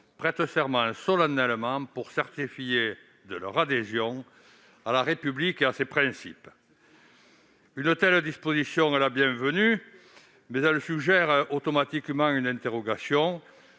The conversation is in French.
prêteront serment solennellement pour certifier de leur adhésion à la République et à ses principes. Une telle disposition est bienvenue, mais elle suggère automatiquement une interrogation